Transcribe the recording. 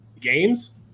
games